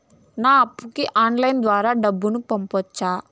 నా అప్పుకి ఆన్లైన్ ద్వారా డబ్బును పంపొచ్చా